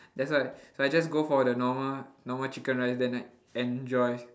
that's why so I just go for the normal normal chicken rice then I enjoy